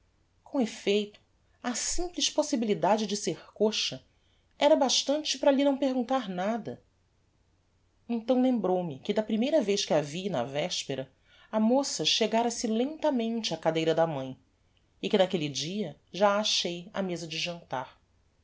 com effeito a simples possibilidade de ser coxa era bastante para lhe não perguntar nada então lembrou-me que da primeira vez que a vi na vespera a moça chegára se lentamente á cadeira da mãe e que naquelle dia já a achei á mesa de jantar